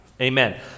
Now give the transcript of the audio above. amen